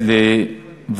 התשע"ג 2013,